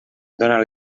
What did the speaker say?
dóna